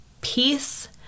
peace